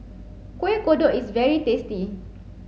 Kueh Kodok is very tasty